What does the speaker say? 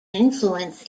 influence